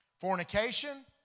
fornication